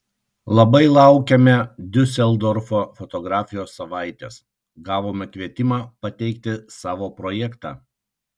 labai laukiame diuseldorfo fotografijos savaitės gavome kvietimą pateikti savo projektą